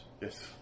Yes